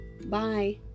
Bye